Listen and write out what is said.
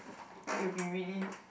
it'll be really